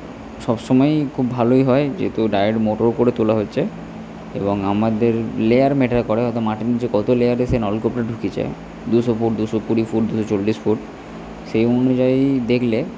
সব সময়ই খুব ভালই হয় যেহেতু ডাইরেক্ট মোটর করে তোলা হচ্ছে এবং আমাদের লেয়ার ম্যাটার করে অর্থাৎ মাটির নীচে কত লেয়ারে সেই নলকূপটা ঢুকেছে দুশো ফুট দুশো কুড়ি ফুট দুশো চল্লিশ ফুট সেই অনুযায়ী দেখলে